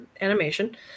animation